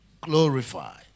glorify